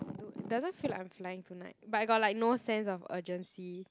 doesn't feel like I'm flying tonight but I got like no sense of urgency